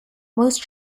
most